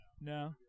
No